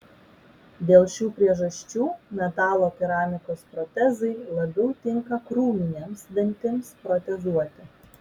dėl šių priežasčių metalo keramikos protezai labiau tinka krūminiams dantims protezuoti